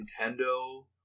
Nintendo